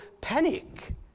panic